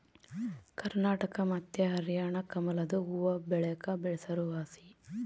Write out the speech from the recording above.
ಕರ್ನಾಟಕ ಮತ್ತೆ ಹರ್ಯಾಣ ಕಮಲದು ಹೂವ್ವಬೆಳೆಕ ಹೆಸರುವಾಸಿ